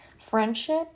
Friendship